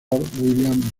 william